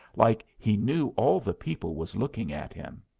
like he knew all the people was looking at him.